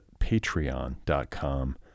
patreon.com